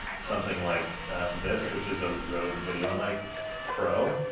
something like this, which is a rode video mike pro,